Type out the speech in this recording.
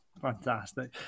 Fantastic